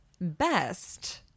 best